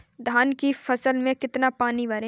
धान की फसल में कितना पानी भरें?